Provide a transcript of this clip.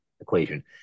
equation